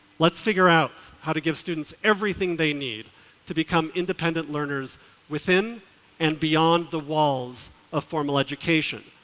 let's figure out how to give students everything they need to become independent learners within and beyond the walls of formal education.